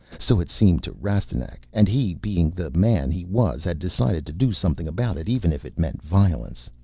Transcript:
so it seemed to rastignac. and he, being the man he was, had decided to do something about it even if it meant violence.